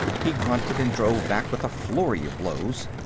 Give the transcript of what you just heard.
he grunted and drove back with a flurry of blows.